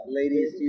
ladies